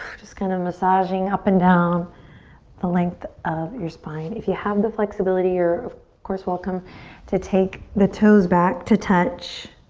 just kind of massaging up and down the length of your spine. if you have the flexibility, you're of course welcome to take the toes back to touch